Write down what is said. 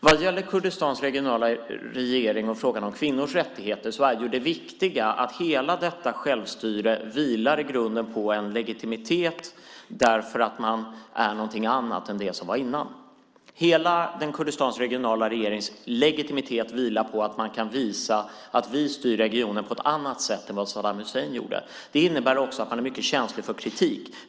Vad gäller Kurdistans regionala regering och frågan om kvinnors rättigheter är det viktiga att hela detta självstyre i grunden vilar på en legitimitet därför att man är någonting annat än det man var innan. Hela Kurdistans regionala regerings legitimitet vilar på att man kan visa att man styr regionen på ett annat sätt än vad Saddam Hussein gjorde. Det innebär också att man är mycket känslig för kritik.